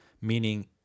meaning